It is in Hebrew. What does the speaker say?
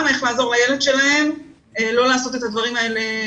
איך לעזור לילד שלהם לא לעשות שוב את הדברים האלה.